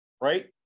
right